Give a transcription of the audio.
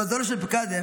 למזלו של פיקאדה,